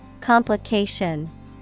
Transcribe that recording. Complication